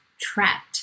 trapped